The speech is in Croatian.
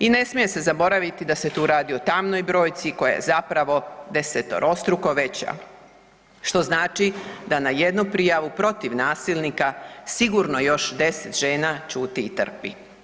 I ne smije se zaboraviti da se tu radi o tamnoj brojci koja je zapravo desetorostruko veća, što znači da na jednu prijavu protiv nasilnika sigurno još 10 žena ćuti i trpi.